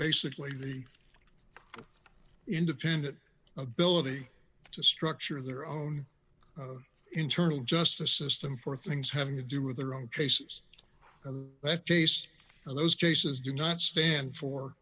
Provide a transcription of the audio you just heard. basically independent ability to structure their own internal justice system for things having to do with their own cases that case and those cases do not stand for